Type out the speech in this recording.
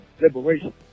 liberation